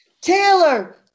Taylor